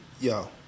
yo